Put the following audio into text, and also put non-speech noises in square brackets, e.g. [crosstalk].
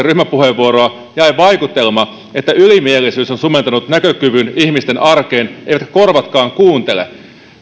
[unintelligible] ryhmäpuheenvuoroa jäi vaikutelma että ylimielisyys on sumentanut näkökyvyn ihmisten arkeen eivätkä korvatkaan kuuntele